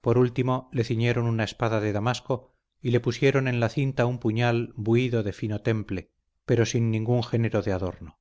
por último le ciñeron una espada de damasco y le pusieron en la cinta un puñal buido de fino temple pero sin ningún género de adorno